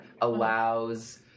allows